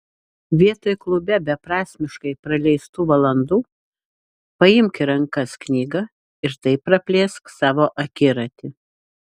vietoj klube beprasmiškai praleistų valandų paimk į rankas knygą ir taip praplėsk savo akiratį